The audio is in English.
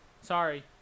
Sorry